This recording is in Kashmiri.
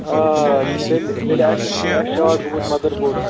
آ تیٚلہِ تیٚلہِ آسیٚس تیٚلہِ آسہِ شارٹ گوٚمُت مَدر بوڈس